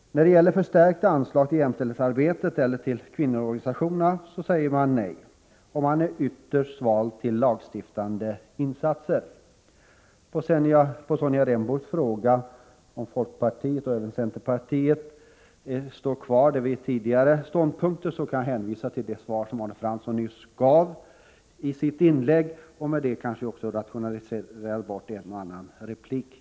När det gäller förstärkta anslag till jämställdhetsarbetet eller till kvinnoorganisationerna säger man nej. Öch man är ytterst sval till lagstiftande insatser. På Sonja Rembos fråga om folkpartiet och även centerpartiet står kvar vid tidigare ståndpunkter kan jag svara genom att hänvisa till det besked som Arne Fransson nyss gav i sitt inlägg. Därmed kanske jag rationaliserar bort en och annan replik.